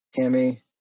Tammy